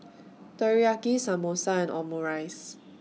Teriyaki Samosa and Omurice